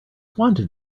wanted